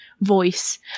voice